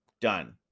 Done